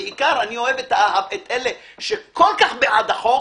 במיוחד אני אוהב את אלה שכל כך בעד החוק,